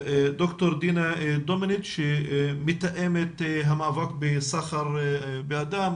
ד"ר דינה דומיניץ, מתאמת המאבק בסחר באדם.